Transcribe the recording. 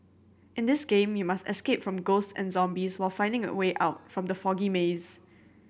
in this game you must escape from ghosts and zombies while finding the way out from the foggy maze